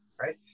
right